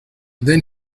then